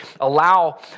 allow